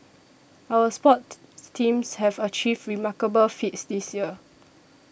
our sports teams have achieved remarkable feats this year